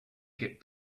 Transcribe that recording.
get